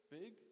big